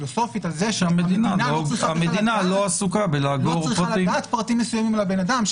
ופילוסופית על זה שהמדינה לא רוצה לדעת פרטים מסוימים על האדם,